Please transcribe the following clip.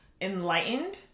enlightened